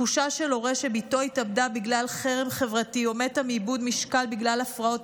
תחושה של הורה שבתו התאבדה בגלל חרם חברתי או מתה מאיבוד משקל בגלל הפרעות